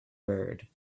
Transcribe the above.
bird